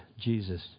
jesus